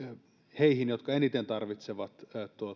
heihin jotka eniten tarvitsevat